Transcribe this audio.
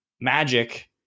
Magic